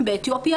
באתיופיה,